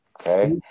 Okay